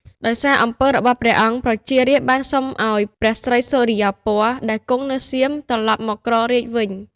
ដោយសារអំពើរបស់ព្រះអង្គ ប្រជារាស្ត្របានសុំឱ្យព្រះស្រីសុរិយោពណ៌ ដែលគង់នៅសៀម ត្រឡប់មកគ្រងរាជ្យវិញ។